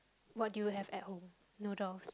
what do you have at home noodles